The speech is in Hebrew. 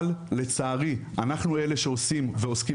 אבל לצערי אנחנו אלה שעושים ועוסקים